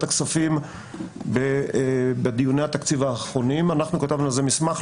הכספים בדיוני התקציב האחרונים אנחנו כתבנו על זה מסמך.